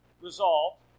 resolved